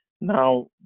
Now